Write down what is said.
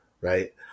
Right